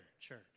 church